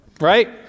right